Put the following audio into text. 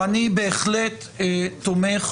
ואני בהחלט תומך